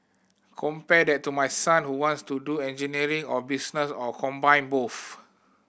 compare that to my son who wants to do engineering or business or combine both